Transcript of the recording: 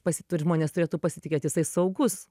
pasi tur žmonės turėtų pasitikėt jisai saugus